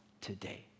today